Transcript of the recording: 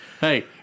Hey